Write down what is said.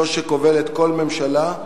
זו שכובלת כל ממשלה,